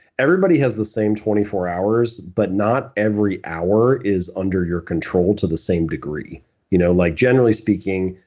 everybody has the same twenty four hours, but not every hour is under your control to the same degree you know like generally speaking,